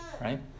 right